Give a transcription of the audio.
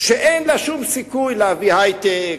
שאין לה שום סיכוי להביא היי-טק,